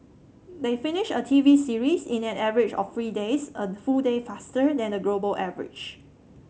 they finish a T V series in an average of three days a full day faster than the global average